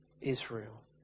Israel